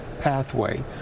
pathway